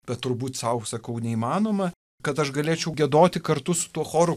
bet turbūt sau sakau neįmanoma kad aš galėčiau giedoti kartu su tuo choru